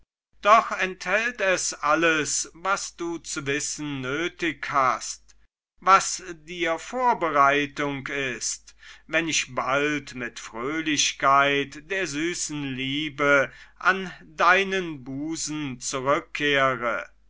doch enthält es alles was du zu wissen nötig hast was dir vorbereitung ist wenn ich bald mit fröhlichkeit der süßen liebe an deinen busen zurückkehre